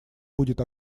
будет